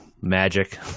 magic